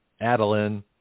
Adeline